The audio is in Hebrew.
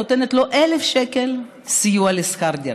נותנת לו 1,000 שקלים סיוע לשכר דירה.